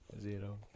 Zero